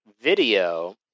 video